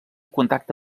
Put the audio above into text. contacte